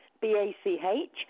B-A-C-H